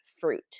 fruit